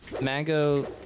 Mango